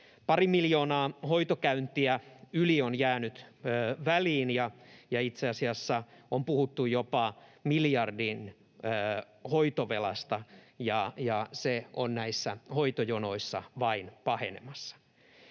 pari miljoonaa hoitokäyntiä on jäänyt väliin ja itse asiassa on puhuttu jopa miljardin hoitovelasta, ja se on näissä hoitojonoissa vain pahenemassa.